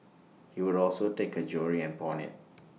he would also take her jewellery and pawn IT